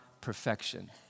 perfection